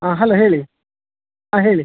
ಹಾಂ ಹಲೋ ಹೇಳಿ ಆಂ ಹೇಳಿ